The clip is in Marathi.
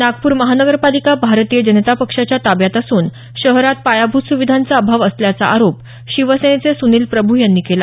नागपूर महानगरपालिका भारतीय जनता पक्षाच्या ताब्यात असून शहरात पायाभूत सुविधांचा अभाव असल्याचा आरोप शिवसेनेचे सुनिल प्रभू यांनी केला